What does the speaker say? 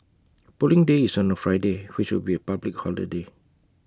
Polling Day is on A Friday which will be A public holiday